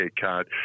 card